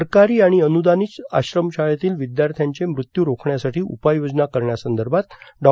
सरकारी आणि अन्रदानित आश्रमशाळेतील विद्यार्थ्यांचे मृत्यू रोखण्यासाठी उपाययोजना करण्यासंदर्भात डॉ